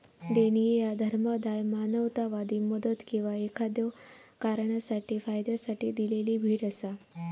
देणगी ह्या धर्मादाय, मानवतावादी मदत किंवा एखाद्यो कारणासाठी फायद्यासाठी दिलेली भेट असा